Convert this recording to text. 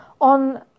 On